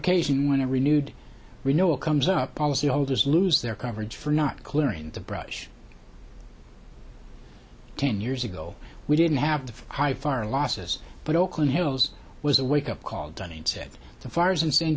occasion when a renewed renewal comes up policyholders lose their coverage for not clearing the brush ten years ago we didn't have the high fire losses but oakland hills was a wake up call dunning said the fires in san